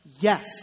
yes